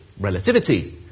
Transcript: Relativity